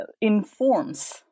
Informs